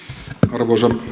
arvoisa